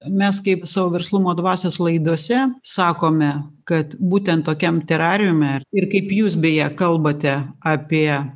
mes kaip savo verslumo dvasios laidose sakome kad būtent tokiam terariume ir kaip jūs beje kalbate apie